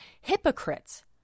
hypocrites